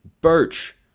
Birch